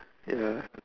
ya